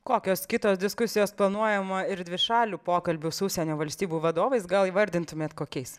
kokios kitos diskusijos planuojama ir dvišalių pokalbių su užsienio valstybių vadovais gal įvardintumėt kokiais